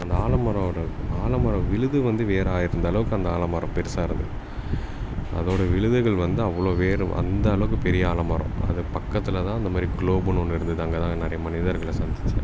அந்த ஆலமரம் ஓட ஆலமரம் விழுது வந்து வேராக இருந்தளவுக்கு அந்த ஆலமரம் பெருசாக இருந்திருக்கு அதோடய விழுதுகள் வந்து அவ்வளோ வேர் அந்த அளவுக்கு பெரிய ஆலமரம் அதுக்கு பக்கத்தில்தான் அந்தமாதிரி க்ளோப்னு ஒன்று இருந்தது அங்கேதான் நிறைய மனிதர்களை சந்தித்தேன்